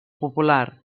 popular